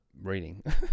reading